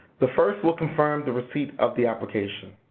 the first will confirm the receipt of the application.